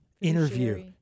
interview